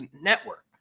Network